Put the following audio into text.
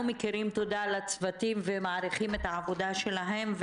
מוקירים תודה לצוותים ומעריכים את העבודה שלהם,